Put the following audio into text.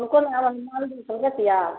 कौन कौन आम है मालदह कलकतिया